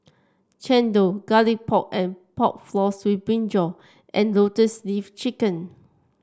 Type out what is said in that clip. chendol Garlic Pork and Pork Floss with brinjal and Lotus Leaf Chicken